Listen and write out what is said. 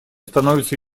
становится